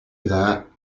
there